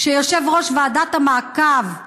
כשיושב-ראש ועדת המעקב,